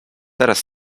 teraz